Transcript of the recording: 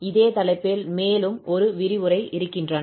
இதே தலைப்பில் மேலும் ஒரு விரிவுரை இருக்கின்றன